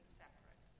separate